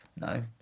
no